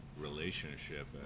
relationship